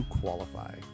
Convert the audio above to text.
qualify